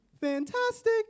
fantastic